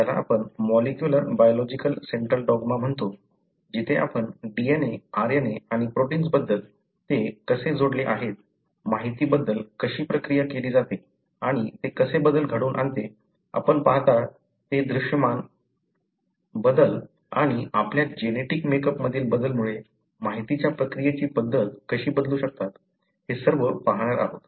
ज्याला आपण मॉलिक्युलर बायलॉजिचा सेंट्रल डॉग्मा म्हणतो जिथे आपण DNA RNA आणि प्रोटिन्स बद्दल ते कसे जोडलेले आहेत माहिती बद्दल कशी प्रक्रिया केली जाते आणि ते कसे बदल घडवून आणते आपण पाहता ते दृश्यमान बदल आणि आपल्या जेनेटिक मेकअप मधील बदलमुळे माहितीच्या प्रक्रियेची पद्धत कशी बदलू शकतात हे सर्व पाहणार आहोत